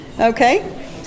Okay